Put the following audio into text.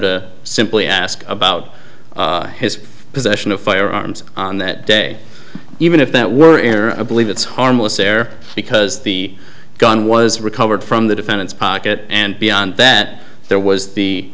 to simply ask about his possession of firearms on that day even if that were in a believe it's harmless error because the gun was recovered from the defendant's pocket and beyond that there was